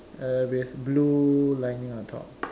uh with blue lining on top